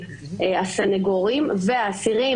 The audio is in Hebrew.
הסנגורים והאסירים,